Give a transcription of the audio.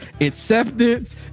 Acceptance